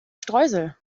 streusel